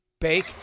bake